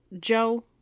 Joe